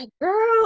girl